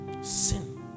Sin